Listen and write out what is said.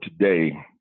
today